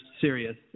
serious